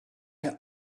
can